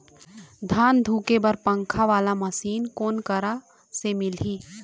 धान धुके बर पंखा वाला मशीन कोन करा से मिलही?